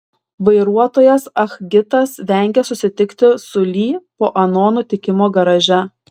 vairuotojas ah gitas vengė susitikti su li po ano nutikimo garaže